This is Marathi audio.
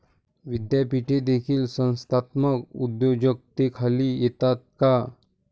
विद्यापीठे देखील संस्थात्मक उद्योजकतेखाली येतात का?